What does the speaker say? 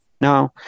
Now